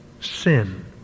sin